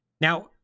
Now